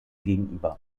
gegenüber